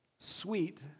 Sweet